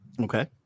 Okay